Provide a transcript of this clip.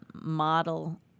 model